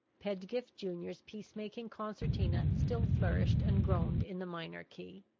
pedgift junior's peace-making concertina still flourished and groaned in the minor key.